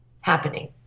happening